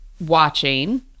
watching